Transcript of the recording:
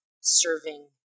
serving